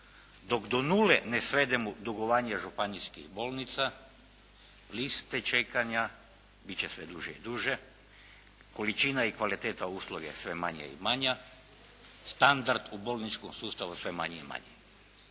dok do nule ne svedemo dugovanje županijskih bolnica liste čekanja bit će sve duže i duže, količina i kvaliteta usluge sve manja i manja, standard u bolničkom sustavu sve manji i manji.